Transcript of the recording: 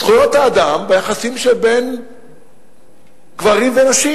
זכויות האדם והיחסים שבין גברים ונשים.